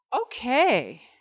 Okay